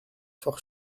fort